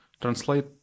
translate